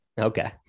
Okay